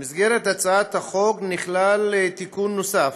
במסגרת הצעת החוק נכלל תיקון נוסף,